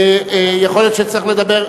יכול להיות שצריך לדבר,